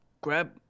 Grab